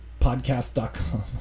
podcast.com